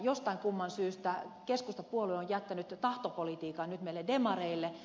jostain kumman syystä keskustapuolue on jättänyt tahtopolitiikan nyt meille demareille